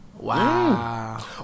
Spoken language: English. Wow